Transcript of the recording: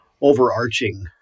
overarching